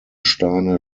steine